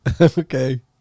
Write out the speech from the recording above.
Okay